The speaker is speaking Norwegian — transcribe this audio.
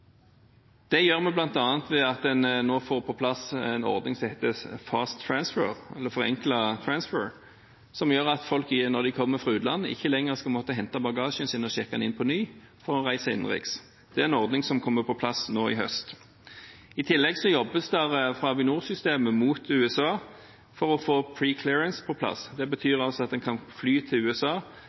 Det gjør vi bl.a. ved at en nå får på plass en ordning som heter «fast transfer», eller «forenklet transfer», som gjør at folk når de kommer fra utlandet, ikke lenger skal måtte hente bagasjen sin og sjekke den inn på ny for å reise innenriks. Det er en ordning som kommer på plass nå i høst. I tillegg jobbes det fra Avinor-systemet mot USA for å få «preclearance» på plass. Det betyr altså at en kan fly til USA